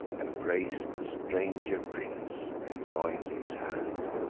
embrac'd the stranger prince, and join'd his hand.